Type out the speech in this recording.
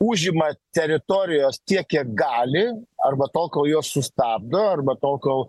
užima teritorijos tiek kiek gali arba tol kol juos sustabdo arba tol kol